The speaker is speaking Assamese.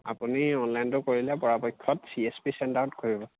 আপুনি অনলাইনটো কৰিলে পৰাপক্ষত চি এচ পি চেণ্টাৰত কৰিব